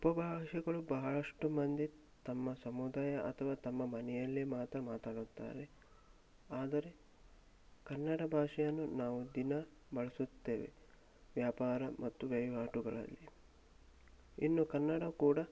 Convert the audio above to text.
ಉಪಭಾಷೆ ಕೂಡ ಬಹಳಷ್ಟು ಮಂದಿ ತಮ್ಮ ಸಮುದಾಯ ಅಥವಾ ತಮ್ಮ ಮನೆಯಲ್ಲೇ ಮಾತ್ರ ಮಾತಾಡುತ್ತಾರೆ ಆದರೆ ಕನ್ನಡ ಭಾಷೆಯನ್ನು ನಾವು ದಿನಾ ಬಳಸುತ್ತೇವೆ ವ್ಯಾಪಾರ ಮತ್ತು ವಹಿವಾಟುಗಳಲ್ಲಿ ಇನ್ನು ಕನ್ನಡ ಕೂಡ